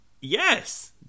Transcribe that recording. Yes